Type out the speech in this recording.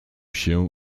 się